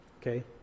Okay